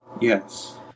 Yes